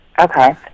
Okay